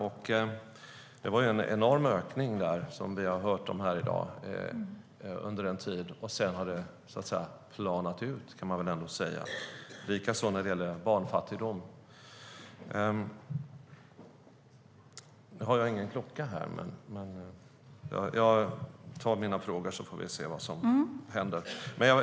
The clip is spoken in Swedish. Det skedde en enorm ökning under en tid, som vi har hört om här i dag. Sedan har det planat ut, kan man säga. Det gäller även barnfattigdom.